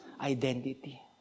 identity